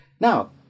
Now